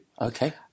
Okay